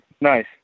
Nice